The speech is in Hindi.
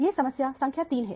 यह समस्या संख्या 3 है